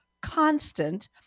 constant